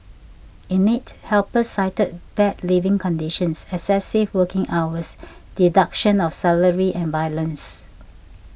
in it helpers cited bad living conditions excessive working hours deduction of salary and violence